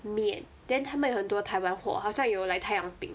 面 then 它们有很多台湾 food 好像有 like 太阳饼